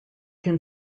can